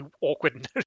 awkward